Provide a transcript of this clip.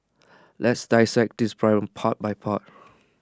let's dissect this problem part by part